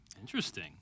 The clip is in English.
Interesting